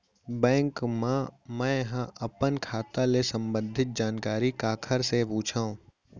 Bank मा मैं ह अपन खाता ले संबंधित जानकारी काखर से पूछव?